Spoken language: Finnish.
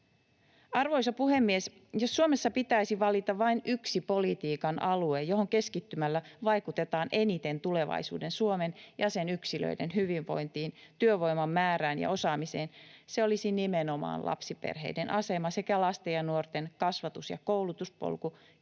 Arvoisa puhemies! Jos Suomessa pitäisi valita vain yksi politiikan alue, johon keskittymällä vaikutetaan eniten tulevaisuuden Suomen ja sen yksilöiden hyvinvointiin, työvoiman määrään ja osaamiseen, se olisi nimenomaan lapsiperheiden asema sekä lasten ja nuorten kasvatus- ja koulutuspolku